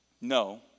no